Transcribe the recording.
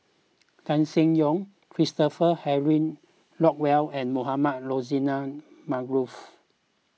Tan Seng Yong Christopher Henry Rothwell and Mohamed Rozani Maarof